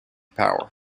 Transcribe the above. power